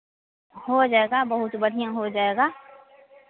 हो जाएगा बहुत बढ़ियाँ हो जाएगा